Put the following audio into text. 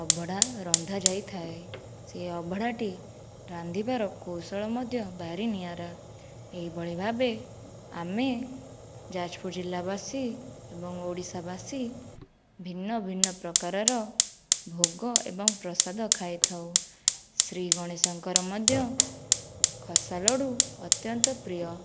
ଅଭଡ଼ା ରନ୍ଧା ଯାଇଥାଏ ସେହି ଅଭଡଡ଼ାଟି ରାନ୍ଧିବାର କୌଶଳ ମଧ୍ୟ ଭାରି ନିଆରା ଏଇ ଭଳି ଭାବେ ଆମେ ଯାଜପୁର ଜଲ୍ଲା ବାସି ଏବଂ ଓଡ଼ିଶା ବାସି ଭିନ୍ନ ଭିନ୍ନ ପ୍ରକାରର ଭୋଗ ଏବଂ ପ୍ରସାଦ ଖାଇଥାଉ ଶ୍ରୀ ଗଣେଶଙ୍କର ମଧ୍ୟ ଖସା ଲଡ଼ୁ ଅତ୍ୟନ୍ତ ପ୍ରିୟ